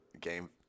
game